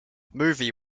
movie